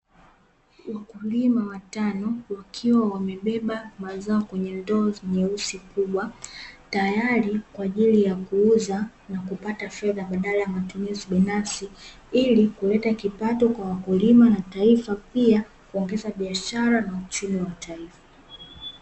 Wakulima wa tano wakiwa wamebeba mazao kwenye ndoo nyeusi kubwa, tayari kwa ajili ya kuuza na kupata fedha badala ya matumizi binafsi ili kuleta kipato kwa wakulima na taifa pia kuongeza biashara na uchumi wa taifa.